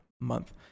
month